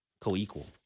co-equal